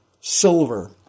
silver